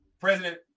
President